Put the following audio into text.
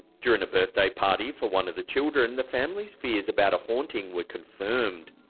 during a birthday party for one of the children, the families fears about a haunting were confirmed.